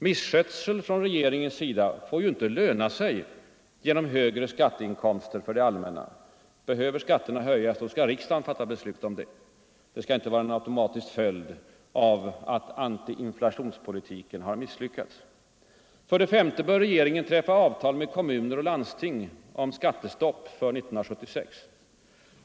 Misskötsel från regeringens sida får inte löna sig genom högre skatteinkomster för det allmänna. Behöver skatterna höjas skall riksdagen fatta beslut därom. De skall inte vara en automatisk följd av att antiinflationspolitiken misslyckats. För det femte bör regeringen träffa avtal med kommuner och landsting om skattestopp för 1976.